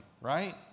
right